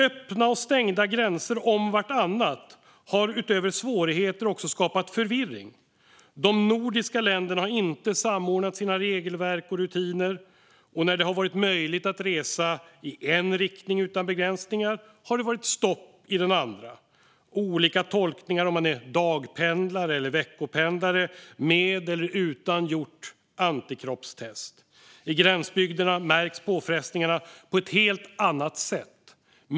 Öppna och stängda gränser om vartannat har utöver svårigheter också skapat förvirring. De nordiska länderna har inte samordnat sina regelverk och rutiner. När det har varit möjligt att resa i en riktning utan begränsningar har det varit stopp i den andra. Det har funnits olika tolkningar av om man är dagpendlare eller veckopendlare och med eller utan gjort antikroppstest. I gränsbygderna märks påfrestningarna på ett helt annat sätt.